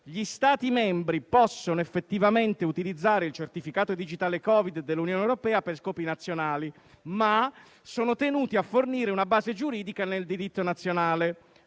"gli Stati membri possono effettivamente utilizzare il certificato digitale Covid dell'UE per scopi nazionali, ma sono tenuti a fornire una base giuridica nel diritto nazionale.